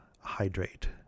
hydrate